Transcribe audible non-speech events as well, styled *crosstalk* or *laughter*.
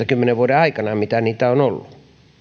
*unintelligible* kymmenen vuoden aikana minkä näitä on ollut